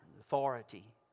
authority